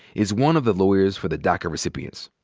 is one of the lawyers for the daca recipients.